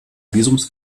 visums